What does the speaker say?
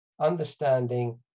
understanding